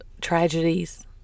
tragedies